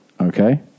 Okay